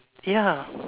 ya